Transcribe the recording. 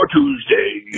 Tuesday